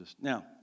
Now